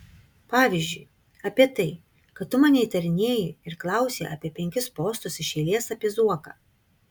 pavyzdžiui apie tai kad tu mane įtarinėji ir klausi apie penkis postus iš eilės apie zuoką